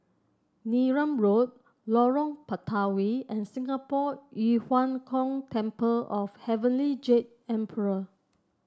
Neram Road Lorong Batawi and Singapore Yu Huang Gong Temple of Heavenly Jade Emperor